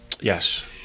Yes